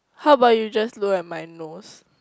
how about you just look at my nose